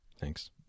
thanks